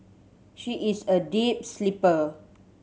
she is a deep sleeper